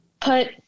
put